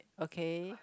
okay